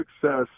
success